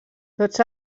tots